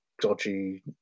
dodgy